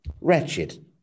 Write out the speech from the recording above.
Wretched